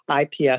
IPS